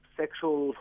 sexual